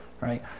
right